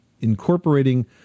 incorporating